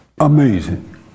Amazing